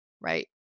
right